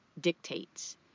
dictates